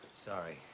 Sorry